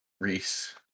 Reese